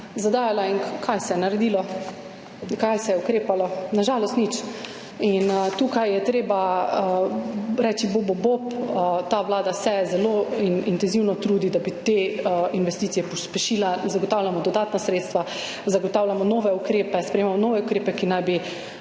In kaj se je naredilo? Kako se je ukrepalo? Na žalost nič. In tu je treba reči bobu bob. Ta vlada se zelo intenzivno trudi, da bi pospešila te investicije. Zagotavljamo dodatna sredstva, zagotavljamo nove ukrepe, sprejemamo nove ukrepe, ki naj bi